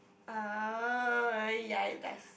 oh ya it does